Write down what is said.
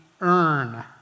earn